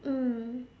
mm